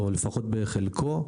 או לפחות בחלקו,